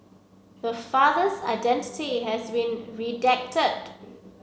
the father's identity has been redacted